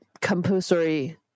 compulsory